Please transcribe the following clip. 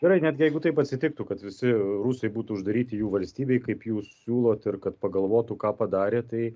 gerai netgi jeigu taip atsitiktų kad visi rusai būtų uždaryti jų valstybėj kaip jūs siūlot ir kad pagalvotų ką padarė tai